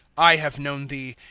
i have known thee,